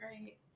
great